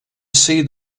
see